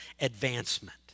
advancement